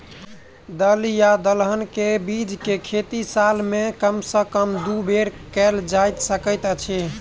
दल या दलहन केँ के बीज केँ खेती साल मे कम सँ कम दु बेर कैल जाय सकैत अछि?